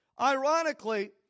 Ironically